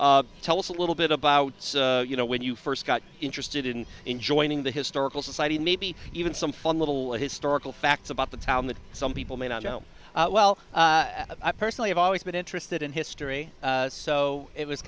emilio tell us a little bit about you know when you first got interested in joining the historical society maybe even some fun little historical facts about the town that some people may not know well i personally have always been interested in history so it was